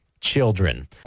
children